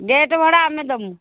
gate ଭଡ଼ା ଆମେ ଦେବୁ